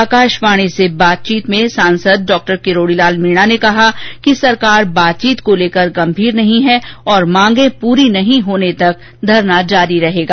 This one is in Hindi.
आकाशवाणी से बातचीत में सांसद डॉ मीणा ने कहा कि सरकार बातचीत को लेकर गंभीर नहीं है और मांगे पूरी नहीं होने तक धरना जारी रहेगा